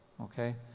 Okay